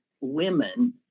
women